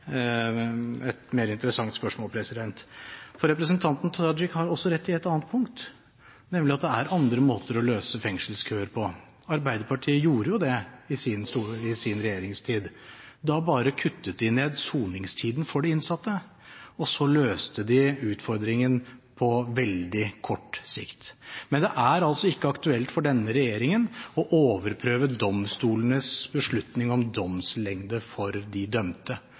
spørsmål. For representanten Tajik har også rett i et annet punkt, nemlig at det er andre måter å løse utfordringen med fengselskøer på. Arbeiderpartiet gjorde jo det i sin regjeringstid. Da bare kuttet de ned på soningstiden for de innsatte, og så løste de utfordringen på veldig kort sikt. Men det er ikke aktuelt for denne regjeringen å overprøve domstolenes beslutning om domslengde for de dømte.